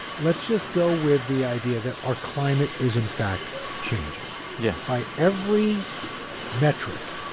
let's just go with the idea that our climate is, in fact, changing yeah by every metric,